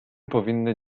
powinny